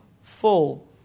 full